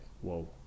Whoa